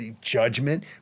judgment